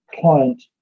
client